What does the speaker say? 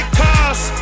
cars